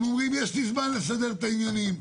אומרים שיש להם זמן לסדר את העניינים.